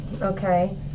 Okay